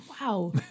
Wow